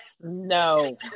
No